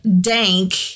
dank